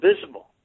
visible